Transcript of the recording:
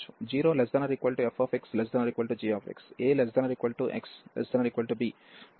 కాబట్టి k ≠ 0 అయితే integral లు abfxdxమరియు abgxdx రెండూ ఒకే విధంగా ప్రవర్తిస్తాయి